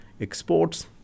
Exports